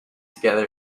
together